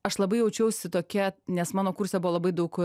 aš labai jaučiausi tokia nes mano kurse buvo labai daug